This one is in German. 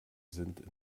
sind